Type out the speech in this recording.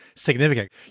significant